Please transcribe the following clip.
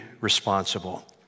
responsible